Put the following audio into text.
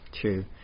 true